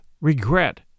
Regret